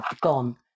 gone